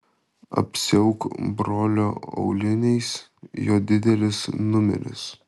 apsiauk brolio auliniais jo didelis numeris